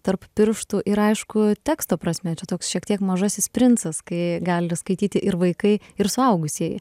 tarp pirštų ir aišku teksto prasme čia toks šiek tiek mažasis princas kai gali skaityti ir vaikai ir suaugusieji